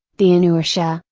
the inertia,